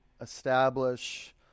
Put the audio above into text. establish